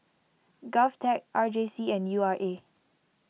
Govtech R J C and U R A